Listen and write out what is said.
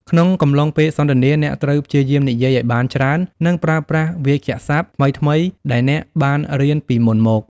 ក្នុងកំឡុងពេលសន្ទនា អ្នកត្រូវព្យាយាមនិយាយឱ្យបានច្រើន និងប្រើប្រាស់វាក្យសព្ទថ្មីៗដែលអ្នកបានរៀនពីមុនមក។